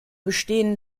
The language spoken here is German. bestehen